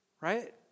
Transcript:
Right